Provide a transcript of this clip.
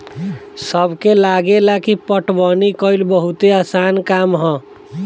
सबके लागेला की पटवनी कइल बहुते आसान काम ह